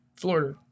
Florida